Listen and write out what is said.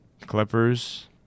Clippers